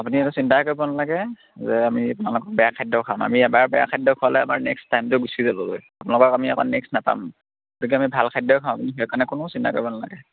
আপুনি সেইটো চিন্তাই কৰিব নালাগে যে আমি আপোনালোকক বেয়া খাদ্য খুৱাম আমি এবাৰ বেয়া খাদ্য খুৱালে আমাৰ নেক্সট টাইমটো গুচি যাবগৈ আপোনালোকক আমি আকৌ নেক্সট নাপাম গতিকে আমি ভাল খাদ্যই খুৱাম সেইকাৰণে কোনো চিন্তা কৰিব নালাগে